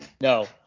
no